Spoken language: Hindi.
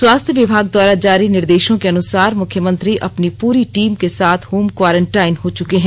स्वास्थ्य विभाग द्वारा जारी निर्देशों के अनुसार मुख्यमंत्री अपनी पुरी टीम के साथ होम क्वारंटाइन हो चुके हैं